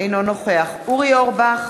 אינו נוכח אורי אורבך,